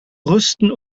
rüsten